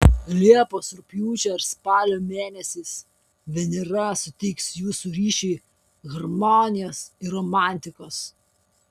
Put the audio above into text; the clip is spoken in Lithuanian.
liepos rugpjūčio ir spalio mėnesiais venera suteiks jūsų ryšiui harmonijos ir romantikos